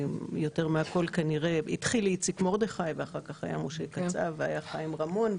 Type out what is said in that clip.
יותר מהכול התחיל איציק מרדכי ואחר כך היה משה קצב וחיים רמון,